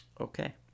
Okay